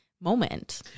moment